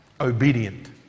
obedient